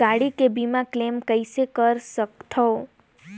गाड़ी के बीमा क्लेम कइसे कर सकथव?